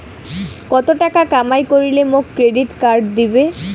কত টাকা কামাই করিলে মোক ক্রেডিট কার্ড দিবে?